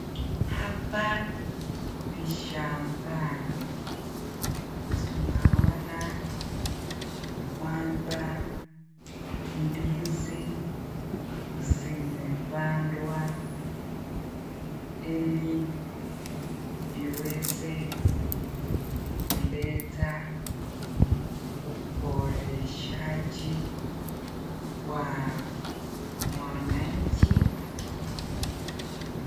Hapa ni shambani. Tunaona kwamba ndizi zimepandwa ili iweze kuleta uboreshaji kwa mwananchi.